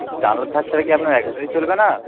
জানালার ধার ছাড়া কি আপনার একবারেই চলবে না